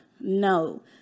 no